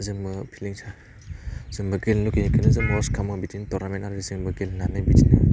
जोंबो फिलिं जोंबो गेलेनो लुबैयो बिखौनो जोंबो हस खालामो बिदिनो टरनामेन्ट आरिसिमबो गेलेनानै बिदिनो